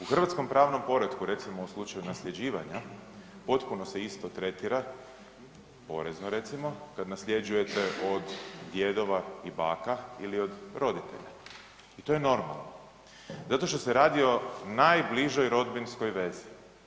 U hrvatskom pravnom poretku, recimo u slučaju nasljeđivanja, potpuno se isto tretira, porezno recimo, kad nasljeđujete od djedova i baka ili od roditelja i to je normalno, zato što se radi o najbližoj rodbinskoj vezi.